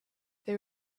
they